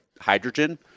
hydrogen